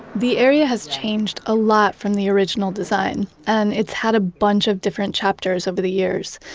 the area has changed a lot from the original design, and it's had a bunch of different chapters over the years,